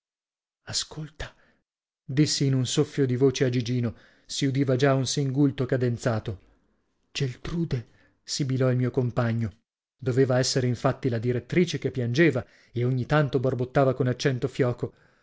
ascolta dissi in un soffio di voce a gigino si udiva già un singulto cadenzato geltrude sibilò il mio compagno doveva essere intatti la direttrice che piangeva e ogni tanto borbottava con accento fioco